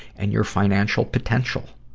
and your financial potential.